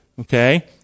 Okay